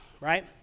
right